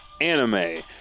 Anime